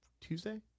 tuesday